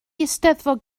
eisteddfod